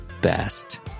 best